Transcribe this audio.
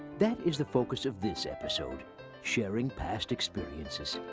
that is the focus of this episode sharing past experiences.